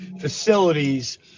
facilities